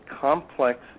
complex